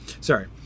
sorry